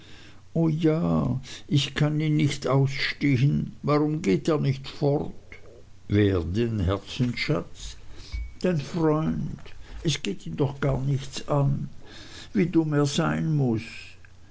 o ja ich kann ihn nicht ausstehn warum geht er nicht fort wer denn herzensschatz dein freund es geht ihn doch gar nichts an wie dumm er sein muß